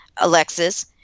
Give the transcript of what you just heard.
alexis